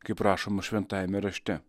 kaip rašoma šventajame rašte